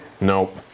Nope